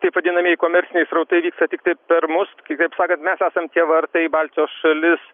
taip vadinamieji komerciniai srautai vyksta tiktai per mus tai kaip sakant mes esam tie vartai į baltijos šalis